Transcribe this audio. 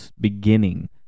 beginning